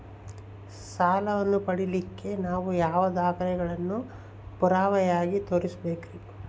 ಸಾಲವನ್ನು ಪಡಿಲಿಕ್ಕೆ ನಾನು ಯಾವ ದಾಖಲೆಗಳನ್ನು ಪುರಾವೆಯಾಗಿ ತೋರಿಸಬೇಕ್ರಿ?